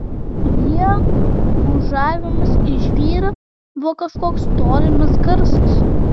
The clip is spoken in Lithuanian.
ienų brūžavimas į žvyrą buvo kažkoks tolimas garsas